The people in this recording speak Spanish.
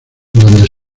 donde